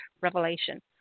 revelation